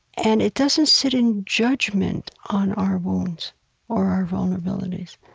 and it doesn't sit in judgment on our wounds or our vulnerabilities.